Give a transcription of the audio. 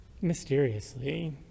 mysteriously